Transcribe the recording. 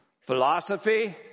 philosophy